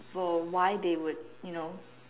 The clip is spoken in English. for why they would you know